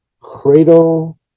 cradle